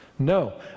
No